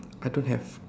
I don't have